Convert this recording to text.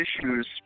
issues